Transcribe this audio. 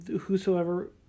whosoever